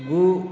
गु